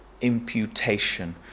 imputation